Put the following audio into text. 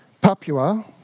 Papua